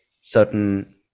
certain